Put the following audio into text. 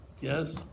Yes